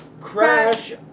crash